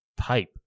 type